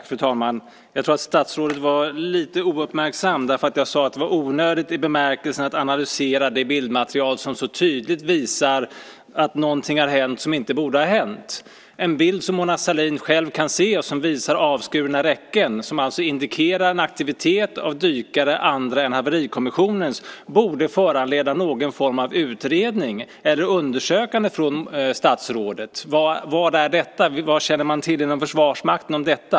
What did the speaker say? Fru talman! Jag tror att statsrådet var lite ouppmärksam. Jag sade nämligen att det var onödigt att analysera det bildmaterial som tydligt visar att något har hänt som inte borde ha hänt. En bild som Mona Sahlin själv kan se och som visar avskurna räcken, vilket indikerar aktivitet av dykare andra än haverikommissionens, borde föranleda någon form av utredning eller undersökning från statsrådet. Det borde föranleda frågor som: Vad är detta? Vad känner man inom Försvarsmakten till om detta?